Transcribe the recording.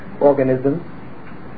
organisms